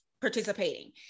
participating